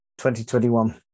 2021